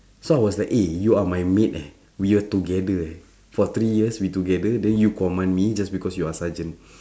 so I was like eh you are my mate eh we are together eh for three years we together then you command me just because you are sergeant